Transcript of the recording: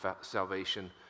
salvation